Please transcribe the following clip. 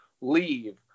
leave